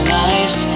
lives